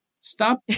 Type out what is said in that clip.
stop